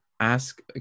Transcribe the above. ask